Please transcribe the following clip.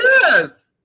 Yes